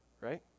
right